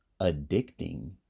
addicting